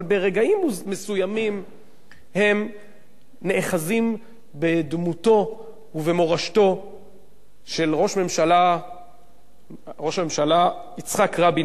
אבל ברגעים מסוימים הם נאחזים בדמותו ובמורשתו של ראש הממשלה יצחק רבין,